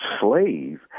slave